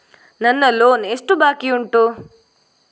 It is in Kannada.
ನನ್ನ ಲೋನ್ ಎಷ್ಟು ಬಾಕಿ ಉಂಟು?